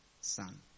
son